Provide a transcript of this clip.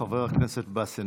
חבר הכנסת עבאס,